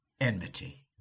enmity